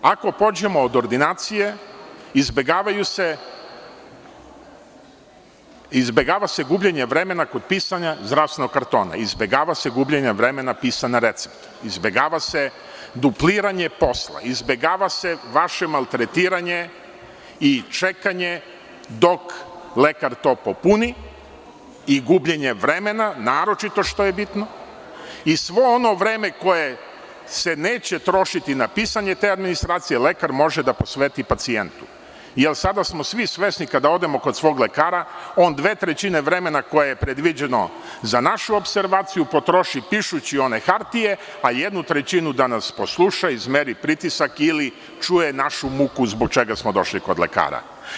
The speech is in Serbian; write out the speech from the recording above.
Ako pođemo od ordinacije, izbegava se gubljenje vremena kod pisanja zdravstvenog kartona, izbegava se gubljenje vremena pisanja recepta, izbegava se dupliranje posla, izbegava se vaše maltretiranje i čekanje dok lekar to popuni i gubljenje vremena naročito što je bitno i svo ono vreme koje se neće trošiti na pisanje te administracije, lekar može da posveti pacijentu, jer sada smo svi svesni kada odemo kod lekara da dve trećine vremena koje je predviđeno za našu opservaciju potroši pišući one hartije a jednu trećinu da nas posluša, izmeri pritisak ili čuje našu muku zbog čega smo došli kod lekara.